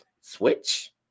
Switch